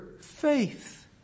faith